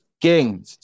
King